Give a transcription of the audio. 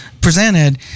presented